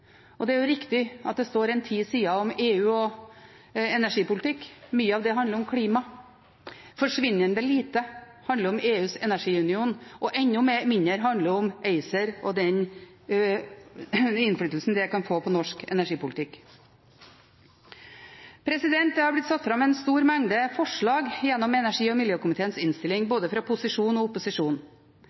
er riktig at det står ti sider om EU og energipolitikk. Mye av det handler om klima. forsvinnende lite handler om EUs energiunion, og enda mindre handler om ACER og den innflytelsen det kan få på norsk energipolitikk. Det har blitt satt fram en stor mengde forslag gjennom energi- og miljøkomiteens innstilling, både fra posisjonen og